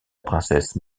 princesse